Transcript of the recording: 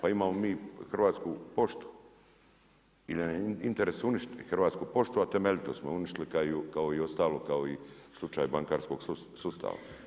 Pa imamo mi Hrvatsku poštu ili nam je interes uništiti Hrvatsku poštu a temeljito smo je uništili kao i ostalo kao i u slučaju bankarskog sustava.